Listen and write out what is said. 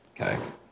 Okay